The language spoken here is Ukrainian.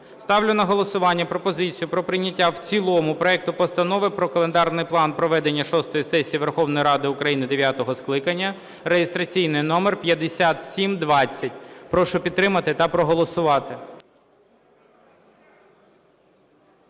Ставлю на голосування пропозицію про прийняття в цілому проекту Постанови про календарний план проведення шостої сесії Верховної Ради України дев'ятого скликання (реєстраційний номер 5720). Прошу підтримати та проголосувати.